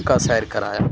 کا سیر کرایا